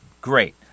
great